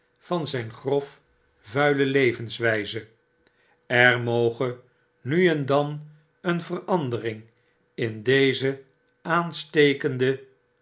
van zyn grof vuile levenswgze er moge nu en dan een verandering indeze aanstekende